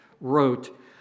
wrote